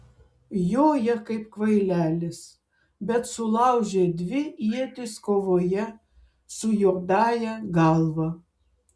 joja kaip kvailelis bet sulaužė dvi ietis kovoje su juodąja galva